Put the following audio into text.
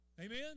Amen